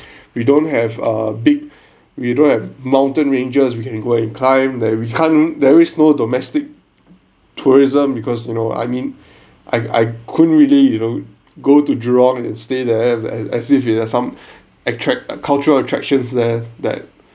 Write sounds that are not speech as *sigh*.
we don't have a big we don't have mountain ranges we can go and climb that we can't there is no domestic tourism because you know I mean *breath* I I couldn't really you know go to jurong and stay there as as if you have some attract a cultural attractions there that